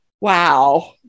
wow